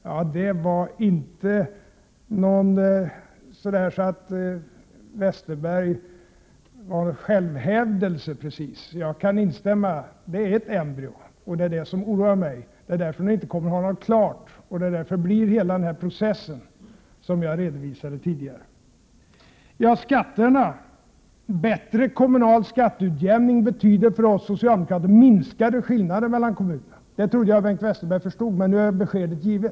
Ja, det var inte så att Westerberg gav uttryck för självhävdelse precis! Jag kan instämma. Det är fråga om ett embryo, och det är detta som oroar mig. Det är därför ni inte kommer att ha något regeringsprogram klart, och då uppstår hela den process som jag redovisade tidigare. Så skatterna. Bättre kommunal skatteutjämning betyder för oss socialdemokrater minskade skillnader mellan kommunerna. Det trodde jag Bengt Westerberg förstod, men nu är beskedet givet.